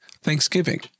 thanksgiving